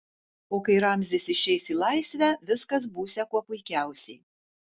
o kai ramzis išeis į laisvę viskas būsią kuo puikiausiai